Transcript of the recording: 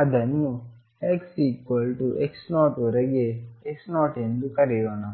ಅದನ್ನು xx0ವರೆಗೆ x0ಎಂದು ಕರೆಯೋಣ